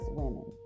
women